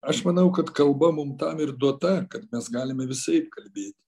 aš manau kad kalba mum tam ir duota kad mes galime visaip kalbėt